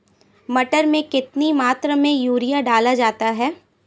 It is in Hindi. मटर में कितनी मात्रा में यूरिया डाला जाता है?